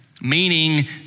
meaning